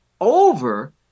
over